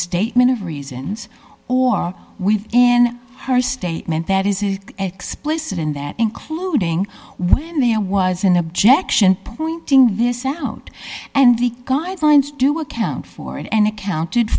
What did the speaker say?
statement of reasons or weave in her statement that is it explicit in that including when there was an objection pointing this out and the guidelines do account for and accounted